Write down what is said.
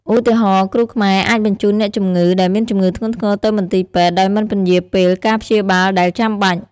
ឧទាហរណ៍ គ្រូខ្មែរអាចបញ្ជូនអ្នកជំងឺដែលមានជំងឺធ្ងន់ធ្ងរទៅមន្ទីរពេទ្យដោយមិនពន្យារពេលការព្យាបាលដែលចាំបាច់។